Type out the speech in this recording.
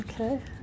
Okay